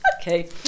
okay